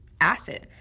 acid